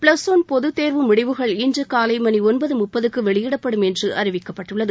plus one பொதுத்தேர்வு முடிவுகள் இன்று காலை மணி ஒன்பது முப்பதுக்கு வெளியிடப்படும் என்று அறிவிக்கப்பட்டுள்ளது